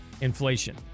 inflation